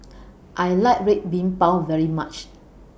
I like Red Bean Bao very much